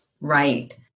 Right